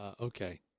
Okay